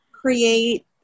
create